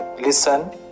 listen